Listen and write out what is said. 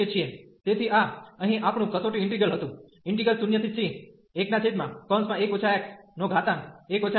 તેથી આ અહીં આપણું કસોટી ઈન્ટિગ્રલ હતું 0c11 ndx